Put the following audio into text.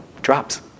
drops